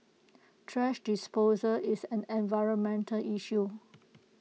thrash disposal is an environmental issue